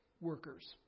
workers